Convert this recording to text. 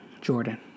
Jordan